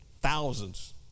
thousands